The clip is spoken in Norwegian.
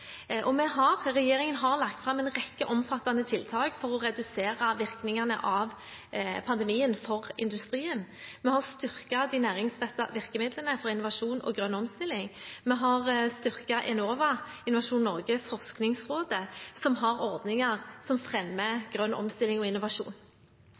Regjeringen har lagt fram en rekke omfattende tiltak for å redusere virkningene av pandemien for industrien. Vi har styrket de næringsrettede virkemidlene for innovasjon og grønn omstilling. Vi har styrket Enova, Innovasjon Norge og Forskningsrådet, som har ordninger som